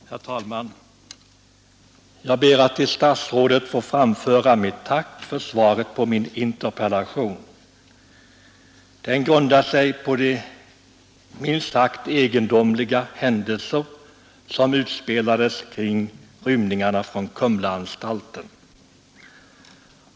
Herr talman! Jag ber att till justitieministern få framföra mitt tack för svaret på min interpellation. Den grundar sig på de minst sagt egendomliga händelser som utspelades kring rymningarna från Kumlaanstalten.